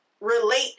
relate